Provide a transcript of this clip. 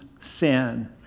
sin